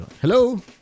Hello